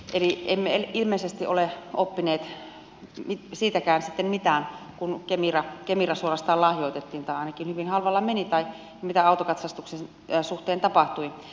emme ilmeisesti ole oppineet siitäkään sitten mitään kun kemira suorastaan lahjoitettiin tai ainakin hyvin halvalla meni tai siitä mitä autokatsastuksen suhteen tapahtui